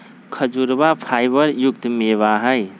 खजूरवा फाइबर युक्त मेवा हई